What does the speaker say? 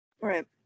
Right